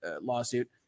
lawsuit